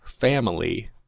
family